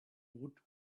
woot